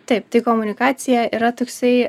taip tai komunikacija yra toksai